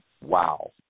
wow